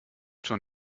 schon